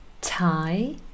tie